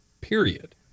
period